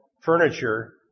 furniture